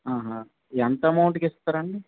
ఆహా ఎంత అమౌంట్కి ఇస్తారండి